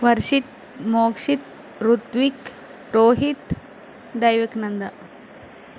Varshith Mokshith Ruthvik Rohith దైవక్నంద